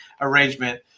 arrangement